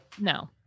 No